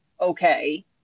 okay